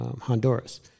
Honduras